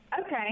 Okay